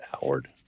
Howard